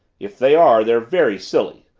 if they are they're very silly,